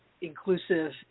inclusive